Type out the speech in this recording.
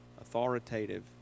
authoritative